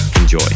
Enjoy